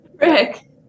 Rick